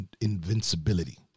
invincibility